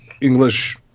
English